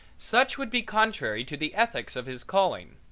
such would be contrary to the ethics of his calling.